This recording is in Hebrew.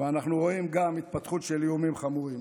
אנחנו רואים גם התפתחות של איומים חמורים.